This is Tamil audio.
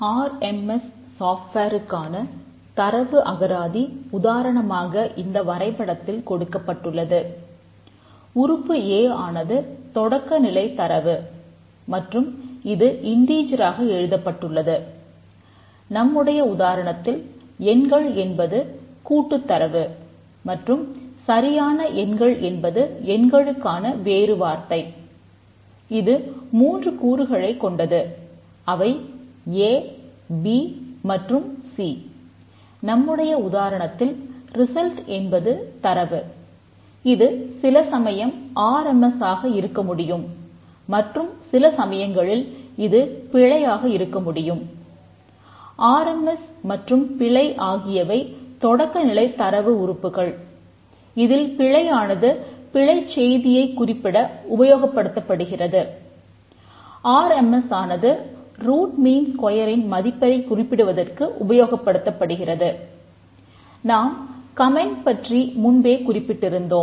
ஆர்எம்மஸ் சாப்ட்வேருக்கான உதாரணம்